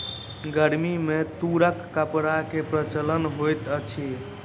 गर्मी में तूरक कपड़ा के प्रचलन होइत अछि